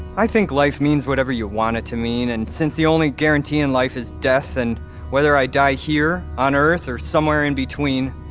i think life means whatever you want it to mean. and since the only guarantee in life is death, then and whether i die here, on earth, or somewhere in-between,